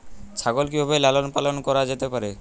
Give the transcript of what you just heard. ছাগল কি ভাবে লালন পালন করা যেতে পারে?